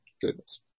goodness